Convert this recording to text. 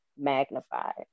magnified